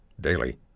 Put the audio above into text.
daily